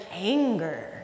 anger